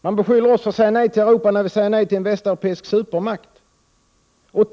Man beskyller oss för att säga nej till Europa när vi säger nej till en västeuropeisk supermakt.